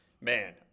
man